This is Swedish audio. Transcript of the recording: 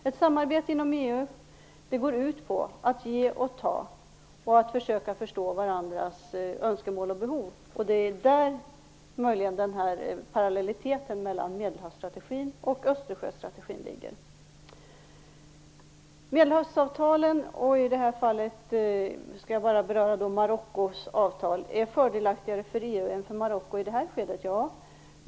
Ett samarbete inom EU går ut på att ge och ta och att försöka förstå varandras önskemål och behov. Det är möjligen där parallelliteten mellan Medelhavsstrategin och Östersjöstrategin ligger. Ja, Medelhavsavtalen - i det här fallet skall jag endast beröra Marockos avtal - är fördelaktigare för EU än för Marocko i det här skedet.